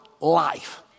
life